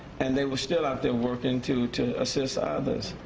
and they were still out there working to to assist others.